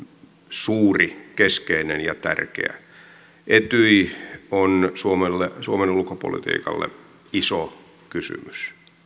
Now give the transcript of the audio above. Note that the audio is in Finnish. suuri keskeinen ja tärkeä etyj on suomen ulkopolitiikalle iso kysymys